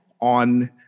on